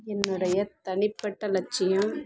என்னுடைய தனிப்பட்ட லட்சியம்